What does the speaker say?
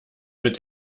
mit